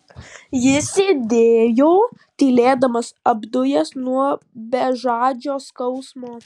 jis sėdėjo tylėdamas apdujęs nuo bežadžio skausmo